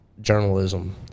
journalism